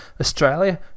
Australia